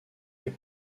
est